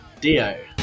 Dio